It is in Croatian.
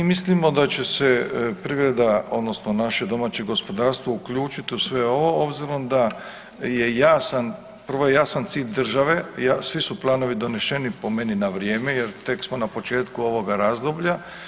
Pa mislimo da će se privreda, odnosno naše domaće gospodarstvo uključiti u sve ovo obzirom da je jasan, prvo je jasan cilj države, svi su planovi donešeni po meni, na vrijeme jer tek smo na početku ovoga razdoblja.